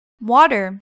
Water